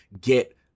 get